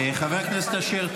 חבר הכנסת אשר,